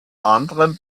anderem